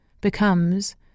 becomes